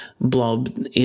blob